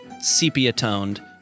sepia-toned